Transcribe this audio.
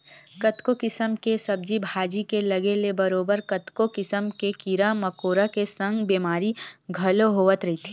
कतको किसम के सब्जी भाजी के लगे ले बरोबर कतको किसम के कीरा मकोरा के संग बेमारी घलो होवत रहिथे